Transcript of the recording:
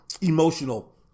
emotional